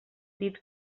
dit